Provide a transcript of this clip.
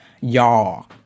Y'all